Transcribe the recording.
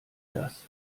das